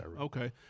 okay